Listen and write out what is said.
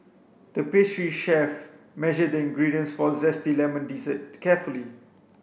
the pastry chef measured the ingredients for a zesty lemon dessert carefully